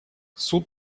суд